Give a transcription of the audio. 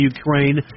Ukraine